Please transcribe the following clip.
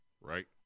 Right